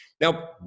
Now